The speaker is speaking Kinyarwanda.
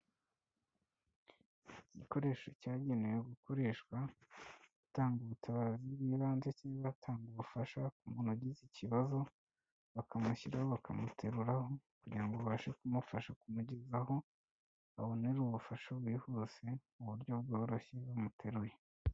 Igikoresho cyagenewe gukoreshwa, gutanga ubutabazi bw'ibanze cyangwa batanga ubufasha ku muntu ugize ikibazo, bakamushyiraho bakamuteruraho kugira ngo babashe kumufasha kumugeza aho babonera ubufasha bwihuse mu buryo bworoshye bamuteruye.